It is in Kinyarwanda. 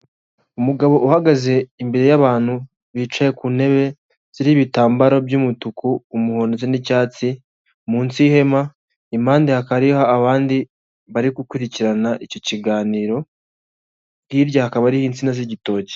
Umugabo uhagaze imbere y'abantu, bicaye ku ntebe ziriho ibitambaro by'umutuku, umuhondo, ndetse n'icyatsi, munsi y'ihema, impande hakariha abandi bari gukurikirana icyo kiganiro, hirya hakaba hari insina z'igitoki.